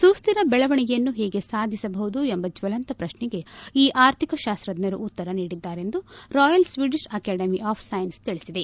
ಸುಸ್ವಿರ ಬೆಳವಣಿಗೆಯನ್ನು ಹೇಗೆ ಸಾಧಿಸಬಹುದು ಎಂಬ ಜ್ವಲಂತ ಪ್ರಶ್ನೆಗೆ ಈ ಅರ್ಥಿಕ ಶಾಸ್ತಜ್ವರು ಉತ್ತರ ನೀಡಿದ್ದಾರೆ ಎಂದು Royal Swedish Academy of Sciences ತಿಳಿಸಿದೆ